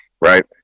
Right